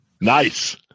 Nice